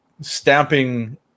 stamping